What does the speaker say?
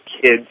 kids